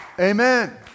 Amen